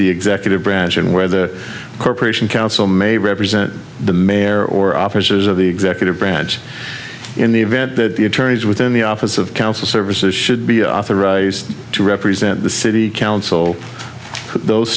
the executive branch and where the corporation counsel may read present the mayor or officers of the executive branch in the event that the attorneys within the office of council services should be authorized to represent the city council those